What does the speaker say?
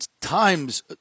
times